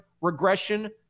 regression